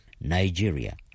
Nigeria